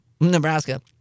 Nebraska